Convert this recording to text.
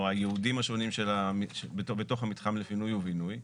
הייעודים השונים בתוך המתחם לפינוי ובינוי?